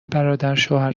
برادرشوهر